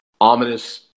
ominous